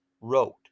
wrote